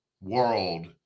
world